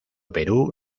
perú